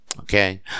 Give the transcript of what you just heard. Okay